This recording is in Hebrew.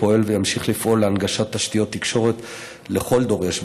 פועל וימשיך לפעול להנגשת תשתיות תקשורת לכל דורש,